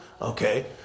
Okay